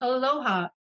Aloha